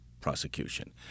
Prosecution